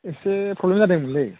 एसे प्रब्लेम जादोंमोनलै